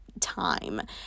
time